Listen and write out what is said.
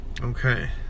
Okay